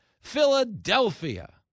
Philadelphia